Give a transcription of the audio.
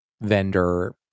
vendor